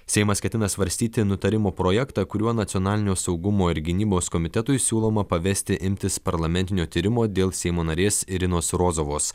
seimas ketina svarstyti nutarimo projektą kuriuo nacionalinio saugumo ir gynybos komitetui siūloma pavesti imtis parlamentinio tyrimo dėl seimo narės irinos rozovos